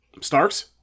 Starks